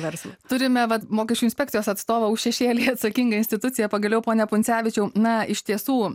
verslui turime vat mokesčių inspekcijos atstovą už šešėlį atsakingą instituciją pagaliau pone pundzevičių na iš tiesų